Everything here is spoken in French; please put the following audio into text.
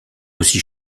aussi